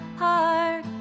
heart